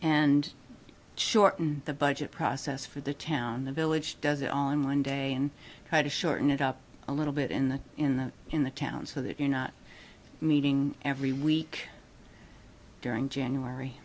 and shorten the budget process for the town the village does it all in one day and try to shorten it up a little bit in the in the in the town so that you're not meeting every week during january